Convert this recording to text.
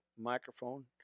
microphone